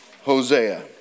Hosea